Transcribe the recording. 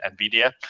nvidia